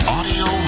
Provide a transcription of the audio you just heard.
Audio